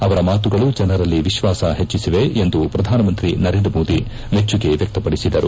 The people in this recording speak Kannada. ಅವರ ಮಾತುಗಳು ಜನರಲ್ಲಿ ವಿಶ್ವಾಸ ಹೆಚ್ಚಿಸಿದೆ ಎಂದು ಪ್ರಧಾನಮಂತ್ರಿ ನರೇಂದ್ರ ಮೋದಿ ಮೆಚ್ಚುಗೆ ವ್ಯಕ್ತಪಡಿಸಿದರು